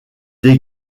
des